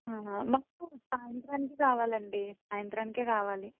మాకు సాయంత్రానికి కావాలండి సాయంత్రానికి కావాలి